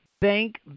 bank